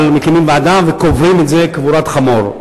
מקימים ועדה וקוברים את זה קבורת חמור.